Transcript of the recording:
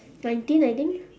nineteen I think